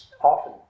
often